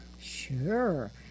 Sure